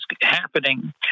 happening